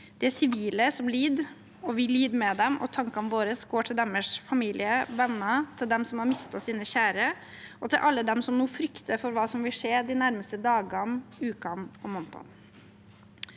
Det er sivile som lider, og vi lider med dem, og tankene våre går til deres familie, venner, dem som har mistet sine kjære, og til alle dem som nå frykter hva som vil skje de nærmeste dagene, ukene og månedene.